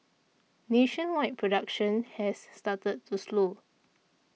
nationwide production has started to slow